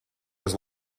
was